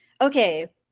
okay